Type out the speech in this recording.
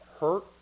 hurt